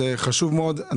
זה חשוב מאוד,